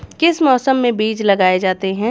किस मौसम में बीज लगाए जाते हैं?